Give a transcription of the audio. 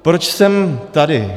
Proč jsem tady?